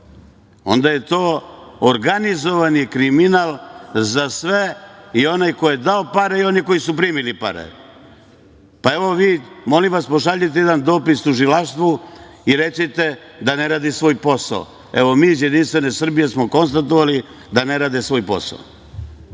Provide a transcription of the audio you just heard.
onda je to organizovani kriminal za sve i onaj ko je dao pare i oni koji su primili pare. Pa, evo vi, molim vas pošaljite jedan dopis tužilaštvu i recite da ne radi svoj posao. Evo mi, iz JS, smo konstatovali da ne rade svoj posao.